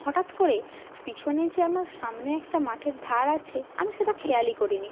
হঠাৎ করে পিছনে যে আমার সামনে একটা মাঠের ধার আছে আমি সেটা খেয়ালই করিনি